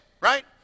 Right